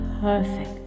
perfect